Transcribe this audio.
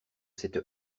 cette